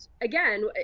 again